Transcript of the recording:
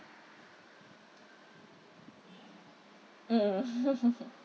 mmhmm